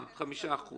אתם